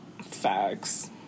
facts